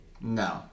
No